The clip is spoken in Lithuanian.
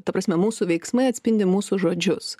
ta prasme mūsų veiksmai atspindi mūsų žodžius